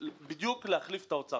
בדיוק להחליף את האוצר.